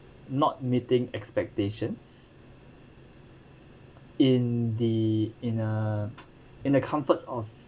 not meeting expectations in the in uh in the comfort of